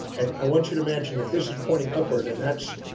and i want you to imagine that this is pointing upward and that's,